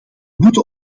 moeten